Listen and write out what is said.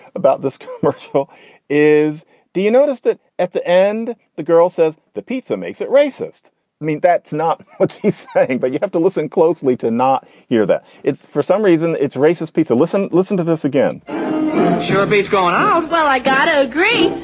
about this commercial is do you notice that at the end the girl says the pizza makes it racist? i mean, that's not what's he saying but you have to listen closely to not hear that. it's for some reason it's racist pizza. listen. listen to this again sure. beats going um well. i gotta agree.